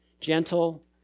gentle